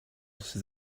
sydd